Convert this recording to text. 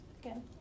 again